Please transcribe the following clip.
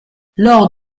lors